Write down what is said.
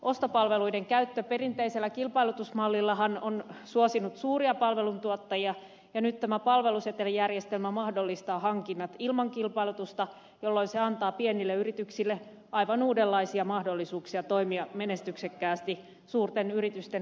ostopalveluiden käyttö perinteisellä kilpailutusmallillahan on suosinut suuria palveluntuottajia ja nyt tämä palvelusetelijärjestelmä mahdollistaa hankinnat ilman kilpailutusta jolloin se antaa pienille yrityksille aivan uudenlaisia mahdollisuuksia toimia menestyksekkäästi suurten yritysten rinnalla